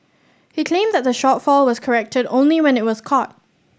he claimed that the shortfall was corrected only when it was caught